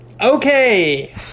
okay